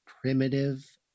primitive